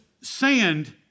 sand